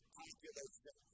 population